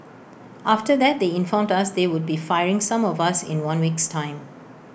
after that they informed us they would be firing some of us in one week's time